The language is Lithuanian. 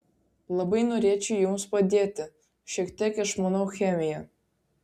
labai norėčiau jums padėti šiek tiek išmanau chemiją